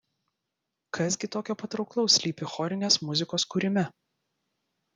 kas gi tokio patrauklaus slypi chorinės muzikos kūrime